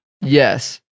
Yes